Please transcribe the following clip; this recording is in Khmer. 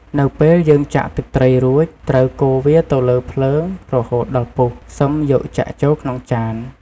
នៅពេលយើងចាក់ទឹកត្រីរួច ត្រូវកូរវាទៅលើភ្លើងរហូតដល់ពុះ សិមយកចាក់ចូលក្នុងចាន។